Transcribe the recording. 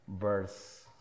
verse